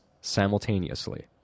Simultaneously